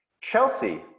Chelsea